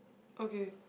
okay